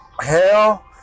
Hell